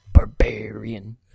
Barbarian